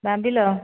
ବାନ୍ଧିଲ